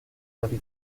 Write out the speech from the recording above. rally